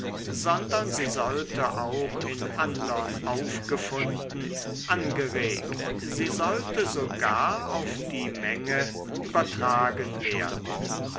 sondern sie sollte auch in andern aufgefunden angeregt sie sollte sogar auf die menge übertragen werden